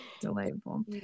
Delightful